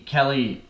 Kelly